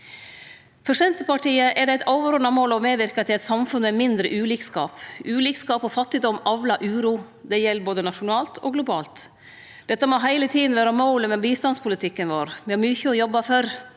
For Senterpartiet er det eit overordna mål å medverke til eit samfunn med mindre ulikskap. Ulikskap og fattigdom avlar uro. Det gjeld både nasjonalt og globalt. Dette må heile tida vere målet med bistandspolitikken vår. Me har mykje å jobbe for.